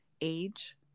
age